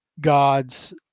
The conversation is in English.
gods